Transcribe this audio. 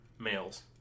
males